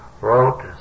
wrote